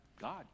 God